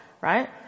right